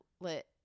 lit